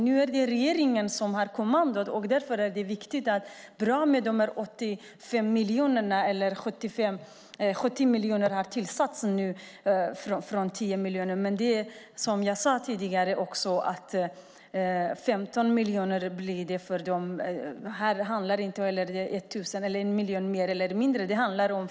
Nu är det regeringen som har kommandot. Det är bra att anslaget för den nationella minoritetspolitiken har ökat från 10 miljoner till 85 miljoner, men här är det inte 1 miljon mer eller mindre som är det avgörande.